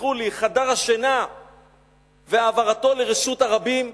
תסלחו לי, חדר השינה והעברתו לרשות הרבים.